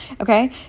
Okay